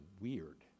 weird